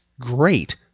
great